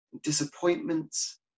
disappointments